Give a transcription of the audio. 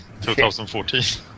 2014